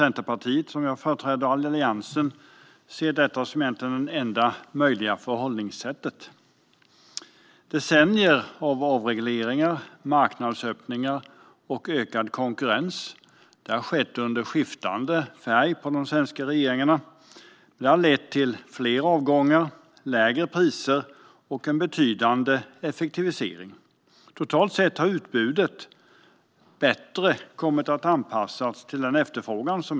Centerpartiet, som jag företräder, och Alliansen ser egentligen detta som det enda möjliga förhållningssättet. Decennier av avregleringar, marknadsöppningar och ökad konkurrens - under skiftande politisk färg på regeringarna i Sverige - har lett till fler avgångar, lägre priser och en betydande effektivisering. Totalt sett har utbudet bättre kommit att anpassas till efterfrågan.